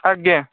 ଆଜ୍ଞା